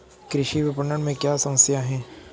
कृषि विपणन में क्या समस्याएँ हैं?